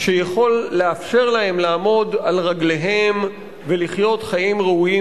שיכול לאפשר להם לעמוד על רגליהם ולחיות חיים ראויים,